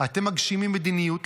אתם מגשימים מדיניות,